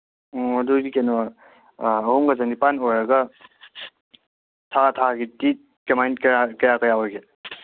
ꯑꯣ ꯑꯗꯨꯗꯤꯗꯤ ꯀꯩꯅꯣ ꯑꯍꯨꯝꯒ ꯆꯅꯤꯄꯥꯟ ꯑꯣꯏꯔꯒꯅ ꯊꯥ ꯊꯥꯒꯤꯗꯤ ꯀꯌꯥ ꯀꯃꯥꯏꯅ ꯀꯌꯥ ꯀꯌꯥ ꯑꯣꯏꯒꯦ